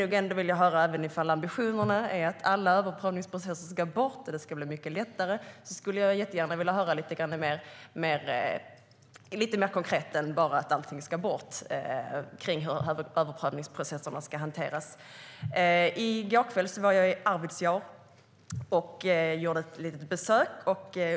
Om ambitionerna är att alla överprövningsprocesser ska bort och att det ska bli lättare skulle jag jättegärna vilja höra något lite mer konkret än att allting ska bort när det gäller hur överprövningsprocesserna ska hanteras. I går kväll gjorde jag ett litet besök i Arvidsjaur.